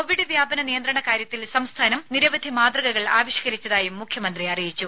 Covid വ്യാപന നിയന്ത്രണ കാര്യത്തിൽ സംസ്ഥാനം നിരവധി മാതൃകകൾ ആവിഷ്കരിച്ചതായും മുഖ്യമന്ത്രി അറിയിച്ചു